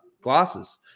glasses